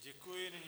Děkuji.